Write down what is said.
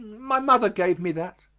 my mother gave me that,